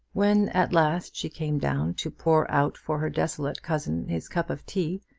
when at last she came down to pour out for her desolate cousin his cup of tea,